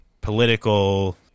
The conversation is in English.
political